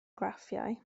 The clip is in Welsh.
graffiau